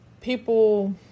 People